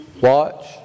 Watch